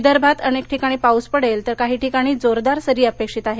विदर्भात अनेक ठिकाणी पाऊस पडेल काही ठिकाणी जोरदार सरी अपेक्षित आहेत